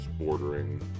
bordering